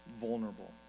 vulnerable